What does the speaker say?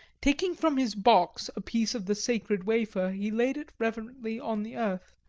taking from his box a piece of the sacred wafer he laid it reverently on the earth,